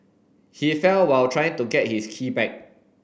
he fell while trying to get his key back